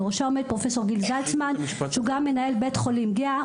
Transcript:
בראשה עומד פרופ' גיל זלצמן שהוא גם מנהל בית חולים גהה.